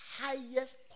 highest